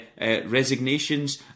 resignations